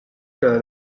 cada